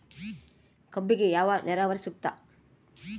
ಕಬ್ಬಿಗೆ ಯಾವ ನೇರಾವರಿ ಸೂಕ್ತ?